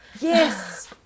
yes